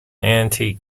antique